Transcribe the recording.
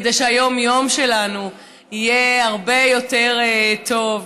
כדי שהיום-יום שלנו יהיה הרבה יותר טוב.